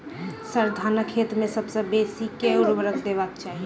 sir, धानक खेत मे सबसँ बेसी केँ ऊर्वरक देबाक चाहि